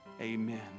Amen